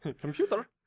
Computer